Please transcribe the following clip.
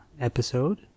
episode